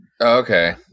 Okay